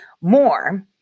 more